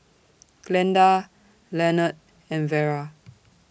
Glenda Lenord and Vara